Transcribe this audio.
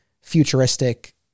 futuristic